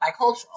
bicultural